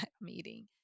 meeting